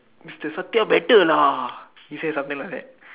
mister Fortier better lah he say something like that